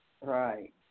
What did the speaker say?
Right